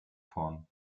vorn